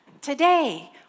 today